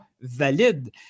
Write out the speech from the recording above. valide